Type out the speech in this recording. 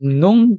nung